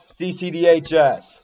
CCDHS